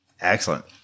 Excellent